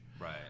Right